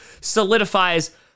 solidifies